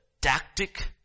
tactic